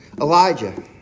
Elijah